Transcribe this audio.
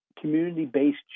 community-based